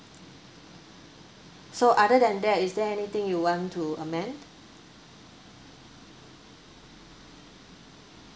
so other than that is there anything you want amend